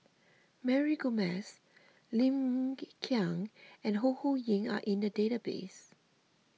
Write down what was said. Mary Gomes Lim Hng Kiang and Ho Ho Ying are in the database